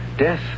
Death